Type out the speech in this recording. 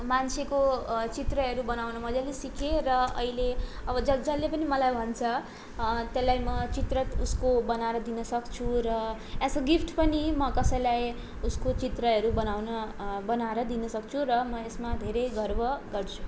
मान्छेको चित्रहरू बनाउन मजाले सिकेँ र अहिले अब जसले पनि मलाई भन्छ त्यसलाई म चित्र उसको बनाएर दिनसक्छु र एज अ गिफ्ट पनि म कसैलाई उसको चित्रहरू बनाउन बनाएर दिनसक्छु र म यसमा धेरै गर्व गर्छु